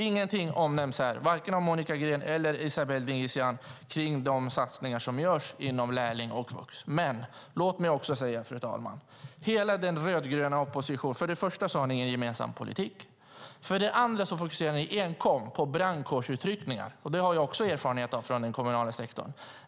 Ingenting omnämns här vare sig av Monica Green eller Esabelle Dingizian om de satsningar som görs inom lärlingsvux och yrkesvux. Fru talman! För det första har den rödgröna oppositionen inte någon gemensam politik. För det andra fokuserar ni enkom på brandkårsutryckningar. Det har jag också erfarenhet av från den kommunala sektorn.